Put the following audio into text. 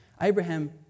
Abraham